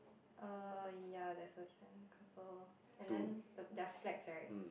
err ya there's a sandcastle and then the there are flags right